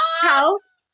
house